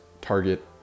target